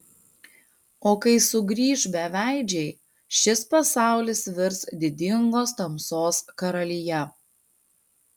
o kai sugrįš beveidžiai šis pasaulis virs didingos tamsos karalija